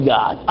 God